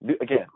again